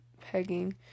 pegging